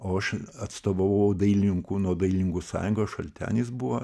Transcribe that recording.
o aš atstovavau dailininkų nuo dailininkų sąjungos šaltenis buvo